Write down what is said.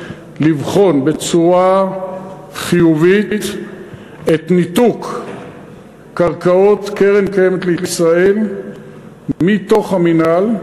לבחון בצורה חיובית את ניתוק קרקעות קרן קיימת לישראל מהמינהל.